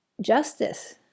justice